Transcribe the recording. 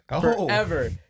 forever